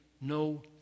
no